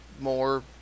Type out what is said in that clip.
more